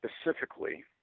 specifically